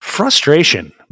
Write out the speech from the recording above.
Frustration